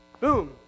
Boom